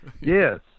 Yes